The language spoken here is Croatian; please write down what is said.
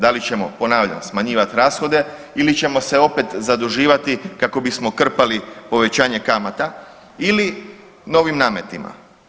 Da li ćemo, ponavljam, smanjivat rashode ili ćemo se opet zaduživati kako bismo krpali povećanje kamata ili novim nametima?